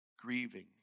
grieving